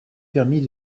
permis